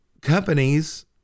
companies